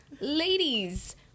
Ladies